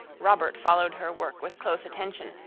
robert followed her work with close attention,